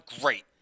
great